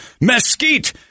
mesquite